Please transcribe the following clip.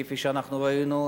כפי שאנחנו ראינו,